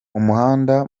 umuhanda